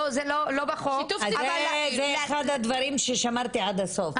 לא בחוק--- זה אחד הדברים ששמרתי עד הסוף,